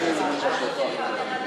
שום דבר,